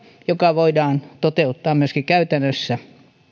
joka voidaan toteuttaa myöskin käytännössä